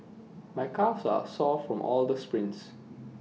my calves are sore from all the sprints